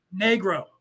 negro